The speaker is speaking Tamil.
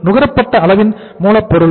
நுகரப்பட்ட அளவின் மூலப்பொருள்